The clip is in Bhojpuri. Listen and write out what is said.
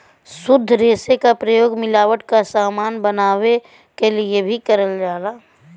शुद्ध रेसे क प्रयोग मिलावट क समान बनावे क लिए भी करल जाला